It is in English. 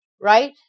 Right